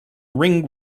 ring